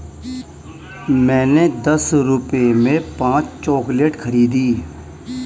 मैंने दस रुपए में पांच चॉकलेट खरीदी